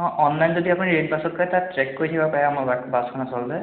অঁ অনলাইন যদি আপুনি ৰেডবাছত কৰে তাত চেক কৰি থাকিব পাৰে আমাৰ বাছ বাছখন আচলতে